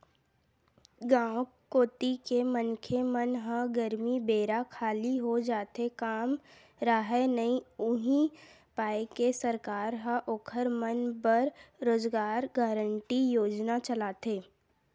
गाँव कोती के मनखे मन ह गरमी बेरा खाली हो जाथे काम राहय नइ उहीं पाय के सरकार ह ओखर मन बर रोजगार गांरटी योजना चलाथे